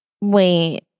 Wait